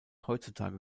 heutzutage